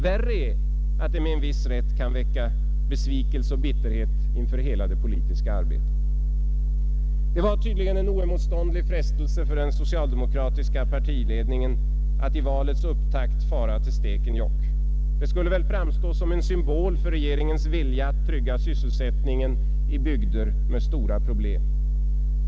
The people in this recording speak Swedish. Värre är att det med en viss rätt kan väcka besvikelse och bitterhet inför hela det politiska arbetet. Det var tydligen en oemotståndlig frestelse för den socialdemokratiska partiledningen att i valets upptakt fara till Stekenjokk. Det skulle väl framstå som en symbol för regeringens vilja att trygga sysselsättningen i bygder med stora problem.